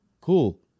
cool